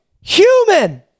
human